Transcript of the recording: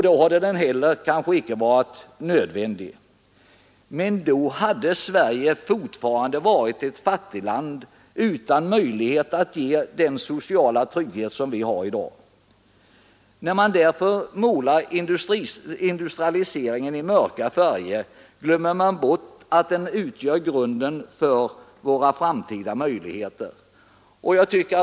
Den hade kanske inte heller varit nödvändig, men då hade Sverige fortfarande varit ett fattigland utan möjlighet att ge den sociala trygghet som vi har i dag. När man målar industrialiseringen i mörka färger glömmer man bort att den utgör grunden för våra framtida möjligheter.